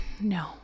No